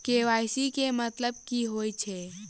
KYC केँ मतलब की होइ छै?